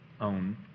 own